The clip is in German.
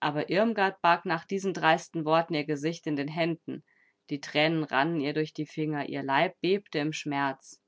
aber irmgard barg nach diesen dreisten worten ihr gesicht in den händen die tränen rannen ihr durch die finger ihr leib bebte im schmerz